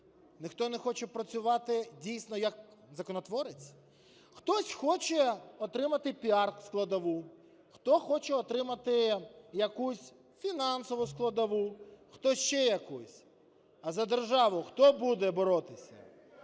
ніхто не хоче працювати дійсно як законотворець. Хтось хоче отримати піар-складову, хто хоче отримати якусь фінансову складову, хтось ще якусь. А за державу хто буде боротися?